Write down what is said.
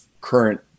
current